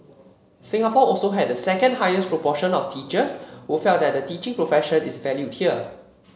Singapore also had the second highest proportion of teachers who felt that the teaching profession is valued here